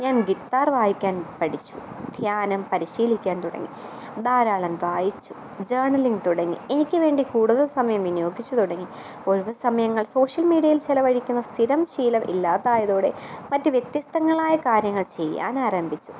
ഞാൻ ഗിത്താർ വായിക്കാൻ പഠിച്ചു ധ്യാനം പരിശീലിക്കാൻ തുടങ്ങി ധാരാളം വായിച്ചു ജേണലിങ് തുടങ്ങി എനിക്കുവേണ്ടി കൂടുതൽ സമയം വിനിയോഗിച്ച് തുടങ്ങി ഒഴിവ് സമയങ്ങൾ സോഷ്യൽ മീഡ്യയിൽ ചെലവഴിക്കുന്ന സ്ഥിരം ശീലം ഇല്ലാതായതോടെ മറ്റ് വ്യത്യസ്തങ്ങളായ കാര്യങ്ങൾ ചെയ്യാൻ ആരംഭിച്ചു